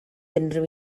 unrhyw